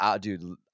Dude